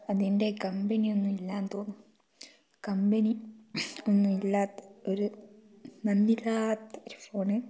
അതിൻ്റെ കമ്പനിയൊന്നും ഇല്ലാന്ന് തോന്നുന്നു കമ്പനി ഒന്നും ഇല്ലാത്ത ഒരു നന്ദില്ലാത്ത ഒരു ഫോണ്